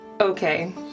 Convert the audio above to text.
Okay